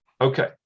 Okay